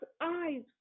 eyes